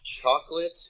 chocolate